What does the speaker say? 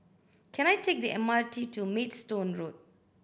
can I take the M R T to Maidstone Road